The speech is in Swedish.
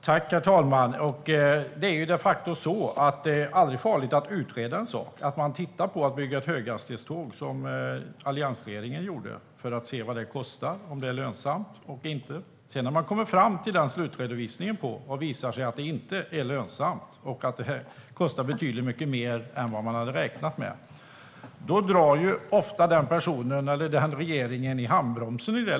Herr talman! Det är de facto aldrig farligt att utreda en sak. Man kan göra som alliansregeringen gjorde och titta på att bygga ett höghastighetståg för att se vad det kostar och om det är lönsamt eller inte. Om slutredovisningen sedan visar att det inte är lönsamt och att det kostar betydligt mycket mer än vad man hade räknat med drar ofta den regering som har utrett frågan i handbromsen.